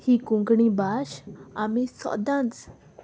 ही कोंकणी भाास आमी सोदांच